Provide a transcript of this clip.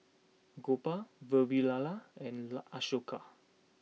Gopal Vavilala and La Ashoka